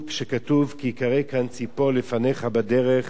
שכתוב בו: "כי יִקָּרֵא קן צפור לפניך בדרך